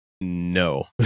no